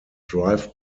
drive